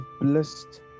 blessed